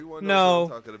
No